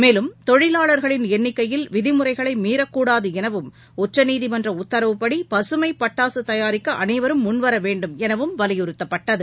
மேலும் தொழிலாளர்களின் எண்ணிக்கையில் விதிமுறைகளை மீறக்கூடாது எனவும் உச்சநீதிமன்ற உத்தரவுபடி பசுமை பட்டாசு தயாரிக்க அனைவரும் முன்வர வேண்டும் எனவும் வலியுறுத்தப்பட்டது